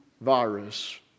virus